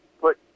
put